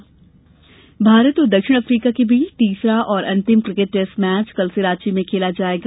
cricket Bharat और दक्षिण Africa के बीच तीसरा और अंतिम क्रिकेट टैस्ट मैच कल से रांची में खेला जाएगा